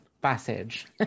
passage